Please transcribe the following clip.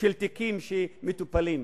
של תיקים שמטופלים,